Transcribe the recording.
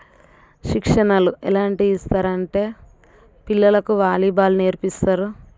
శిక్షణలు ఎలాంటివి ఇస్తారు అంటే పిల్లలకు వాలీబాల్ నేర్పిస్తారు